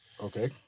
Okay